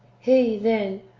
he, then,